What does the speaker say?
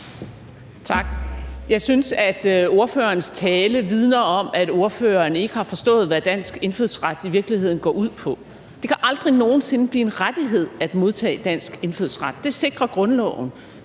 Tak. Jeg synes, at ordførerens tale vidner om, at ordføreren ikke har forstået, hvad dansk indfødsret i virkeligheden går ud på. Det kan aldrig nogen sinde blive en rettighed at modtage dansk indfødsret – det sikrer grundloven.